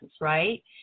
right